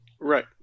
Right